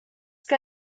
que